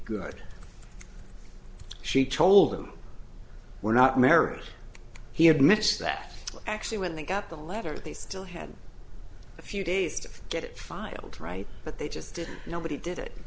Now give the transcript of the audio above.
good she told him we're not married he admits that actually when they got the letter they still had a few days to get it filed right but they just didn't nobody did it